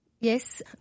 Yes